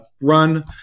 run